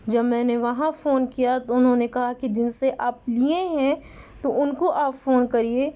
جب میں نے وہاں فون کیا تو انہوں نے کہا کہ جن سے آپ لیے ہیں تو ان کو آپ فون کریے